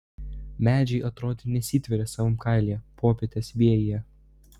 medžiai atrodė nesitverią savam kailyje popietės vėjyje